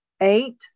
Eight